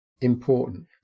important